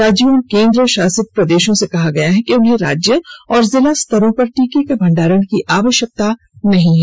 राज्यों और केंद्रशासित प्रदेशों से कहा गया है कि उन्हें राज्य और जिला स्तरों पर टीके के भंडारण की आवश्यकता नहीं है